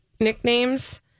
nicknames